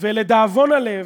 ולדאבון הלב,